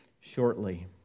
shortly